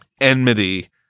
enmity